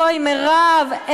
בואי, מירב.